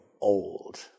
old